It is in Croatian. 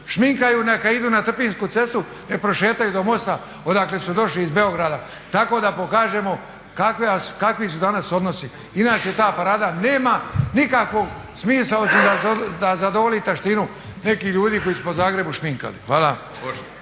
šminkaju neka idu na Trpinjsku cestu neka prošetaju do mosta odakle su došli iz Beograda, tako da pokažemo kakvi su danas odnosi. Inače ta parada nema nikakvog smisla osim da zadovolji taštinu nekih ljudi koji su se po Zagrebu šminkali. Hvala.